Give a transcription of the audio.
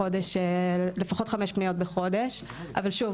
לפחות חמש פניות בחודש אבל שוב,